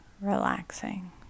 relaxing